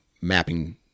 mapping